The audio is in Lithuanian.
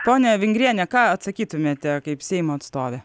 pone vingriene ką atsakytumėte kaip seimo atstovė